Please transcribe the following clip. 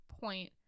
point